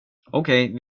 okej